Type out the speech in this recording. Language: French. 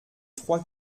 trois